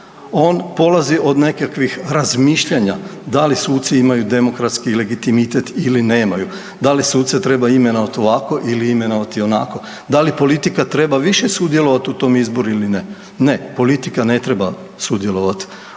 On polazi od nekakvih razmišljanja da li suci imaju demokratski legitimitet ili nemaju, da li suce treba imenovati ovako ili imenovati onako. Da li politika treba više sudjelovati u tom izboru ili ne. Ne. Politika ne treba sudjelovati